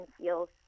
feels